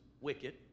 wicked